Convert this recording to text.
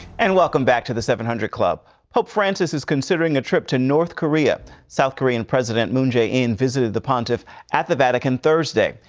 and welcome back to the seven hundred club pope francis is considering a trip to north korea south korean president moon jae in visited the pontiff at the vatican thursday,